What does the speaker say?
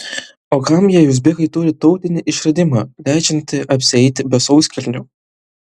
o kam jei uzbekai turi tautinį išradimą leidžiantį apsieiti be sauskelnių